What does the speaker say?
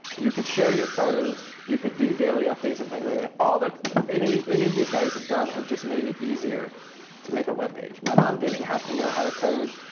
you could share your photos. you could do daily updates and things like that. all that any any of these guys have done have just made it easier to make a web page. my um um didn't have to know how to code.